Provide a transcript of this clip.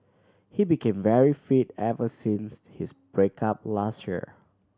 he became very fit ever since his break up last year